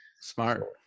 Smart